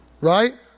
Right